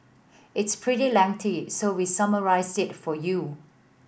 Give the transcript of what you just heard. it's pretty lengthy so we summarised it for you